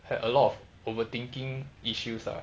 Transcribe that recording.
had a lot of overthinking issues lah